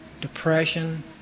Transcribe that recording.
depression